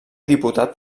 diputat